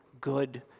good